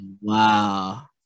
Wow